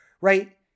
right